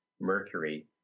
mercury